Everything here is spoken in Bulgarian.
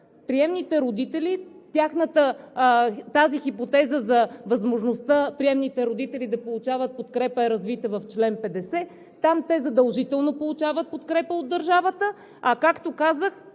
приемните родители. Хипотезата за възможността приемните родители да получават подкрепа е развита в чл. 50. Там те задължително получават подкрепа от държавата, а както казах,